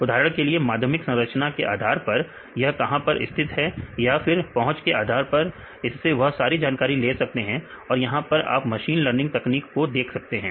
उदाहरण के लिए माध्यमिक संरचना के आधार पर यह कहां पर स्थित है या फिर पहुंच के आधार पर इससे वह सारी जानकारी ले लेते हैं और यहां पर आप मशीन लर्निंग तकनीक को देख सकते हैं